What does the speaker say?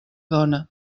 dona